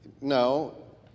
No